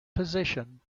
position